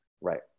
Right